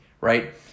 right